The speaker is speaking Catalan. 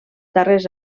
darrers